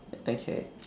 okay